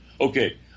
Okay